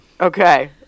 Okay